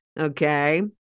Okay